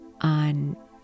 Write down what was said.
on